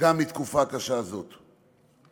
גם מתקופה קשה זו.